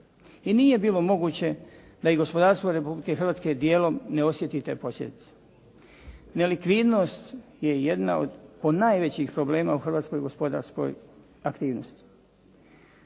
i nije bilo moguće da i gospodarstvo Republike Hrvatske dijelom ne osjeti te posljedice. Nelikvidnost je jedna od ponajvećih problema u Hrvatskoj gospodarskoj aktivnosti.